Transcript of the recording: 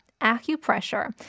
acupressure